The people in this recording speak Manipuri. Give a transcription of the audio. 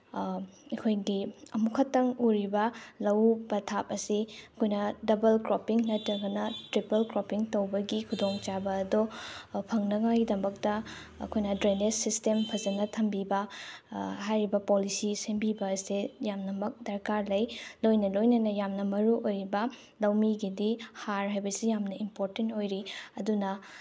ꯑꯩꯈꯣꯏꯒꯤ ꯑꯃꯨꯛꯈꯛꯇꯪ ꯎꯔꯤꯕ ꯂꯧꯎ ꯄꯊꯥꯞ ꯑꯁꯤ ꯑꯩꯈꯣꯏꯅ ꯗꯕꯜ ꯀ꯭ꯔꯣꯞꯄꯤꯡ ꯅꯠꯇ꯭ꯔꯒꯅ ꯇ꯭ꯔꯤꯄꯜ ꯀ꯭ꯔꯣꯞꯄꯤꯡ ꯇꯧꯕꯒꯤ ꯈꯨꯗꯣꯡꯆꯥꯕ ꯑꯗꯣ ꯐꯪꯅꯉꯥꯏꯒꯤꯗꯃꯛꯇ ꯑꯩꯈꯣꯏꯅ ꯗ꯭ꯔꯦꯅꯦꯁ ꯁꯤꯁꯇꯦꯝ ꯐꯖꯅ ꯊꯝꯕꯤꯕ ꯍꯥꯏꯔꯤꯕ ꯄꯣꯂꯤꯁꯤ ꯁꯦꯝꯕꯤꯕ ꯑꯁꯦ ꯌꯥꯝꯅꯃꯛ ꯗꯔꯀꯥꯔ ꯂꯩ ꯂꯣꯏꯅ ꯂꯣꯏꯅꯅ ꯌꯥꯝꯅ ꯃꯔꯨꯑꯣꯏꯕ ꯂꯧꯃꯤꯒꯤꯗꯤ ꯍꯥꯔ ꯍꯥꯏꯕꯁꯤ ꯌꯥꯝꯅ ꯏꯝꯄꯣꯔꯇꯦꯟ ꯑꯣꯏꯔꯤ ꯑꯗꯨꯅ